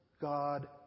God